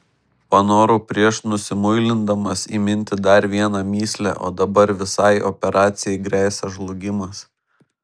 panorau prieš nusimuilindamas įminti dar vieną mįslę o dabar visai operacijai gresia žlugimas